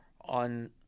on